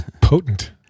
Potent